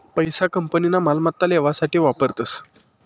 पैसा कंपनीना मालमत्ता लेवासाठे वापरतस